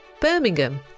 Birmingham